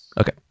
Okay